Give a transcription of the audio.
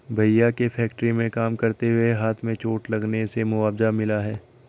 भैया के फैक्ट्री में काम करते हुए हाथ में चोट लगने से मुआवजा मिला हैं